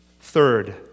third